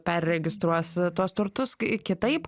perregistruos tuos turtus kai kitaip